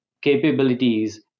capabilities